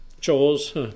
chores